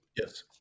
Yes